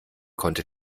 konnte